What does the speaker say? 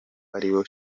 aribo